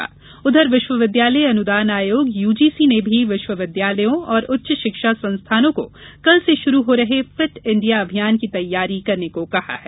खेल दिवस यूजीसी विश्वूविद्यालय अनुदान आयोग यूजीसी ने विश्वउविद्यालयों और उच्च शिक्षा संस्थालनों को कल से शुरू हो रहे फिट इंडिया अभियान की तैयारियां करने को कहा है